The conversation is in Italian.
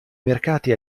mercati